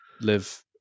live